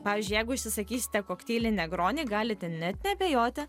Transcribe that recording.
pavyzdžiui jeigu užsisakysite kokteilį negroni galite net neabejoti